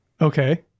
Okay